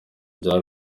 bya